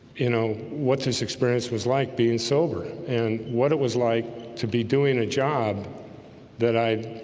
you know what this experience was like being sober and what it was like to be doing a job that i